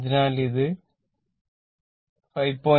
അതിനാൽ ഇത് 5